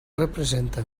representa